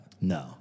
No